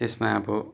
त्यसमा अब